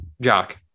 Jock